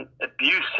Abusive